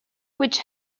which